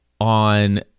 on